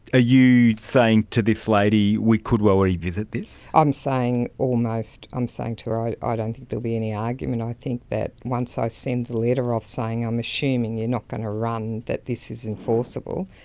ah you saying to this lady we could well revisit this? i'm saying almost. i'm saying to her i ah don't think there will be any argument. i think that once i send the letter of saying i'm assuming you're not going to run that this is enforceable,